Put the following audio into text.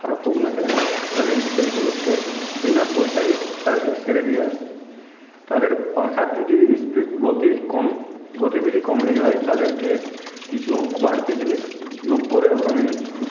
খারাপ হোক না কেন তাদের সেইগুলো সেই বিনা পয়সায় সার সেরে দিয়ে আসি তাদের পাখার যদি ইস্পিড গতি কম গতিবিধি কমে যায় তাদেরকে কিছু বাড়তি জিনিস যোগ করে ওখানে